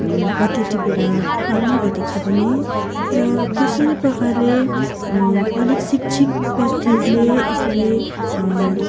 पत्ती टिपेर पाल्ने गर्दछ भने र त्यसै प्रकारले अलिक शिक्षित व्यक्तिहरूले यसरी